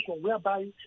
whereby